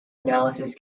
analysis